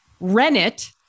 rennet